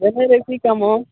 ଚେନ୍ନାଇରେ କି କାମ